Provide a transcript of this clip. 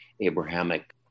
Abrahamic